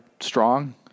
strong